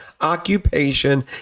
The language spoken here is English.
occupation